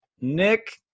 Nick